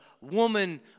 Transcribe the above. woman